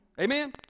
Amen